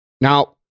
Now